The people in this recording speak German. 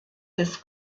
des